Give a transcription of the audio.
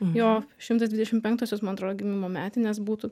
jo šimtas dvidešimt penktosios man atrodo gimimo metinės būtų